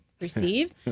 receive